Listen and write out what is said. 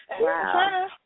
Wow